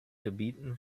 gebieten